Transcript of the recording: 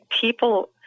people